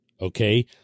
Okay